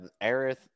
Aerith